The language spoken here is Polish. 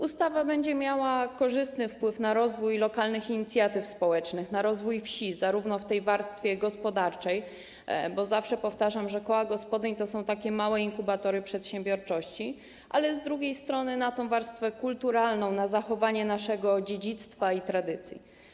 Ustawa będzie miała korzystny wpływ na rozwój lokalnych inicjatyw społecznych, na rozwój wsi zarówno w tej warstwie gospodarczej, bo zawsze powtarzam, że koła gospodyń to są takie małe inkubatory przedsiębiorczości, ale z drugiej strony na tę warstwę kulturalną, na zachowanie naszego dziedzictwa i tradycji.